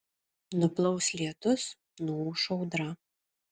nuplaus lietus nuūš audra